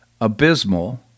abysmal